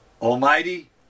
Almighty